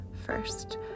first